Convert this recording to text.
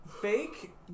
fake